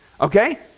Okay